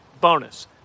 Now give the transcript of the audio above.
bonus